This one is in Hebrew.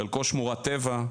חלקו שמורת טבע.